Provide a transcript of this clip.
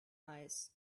eyes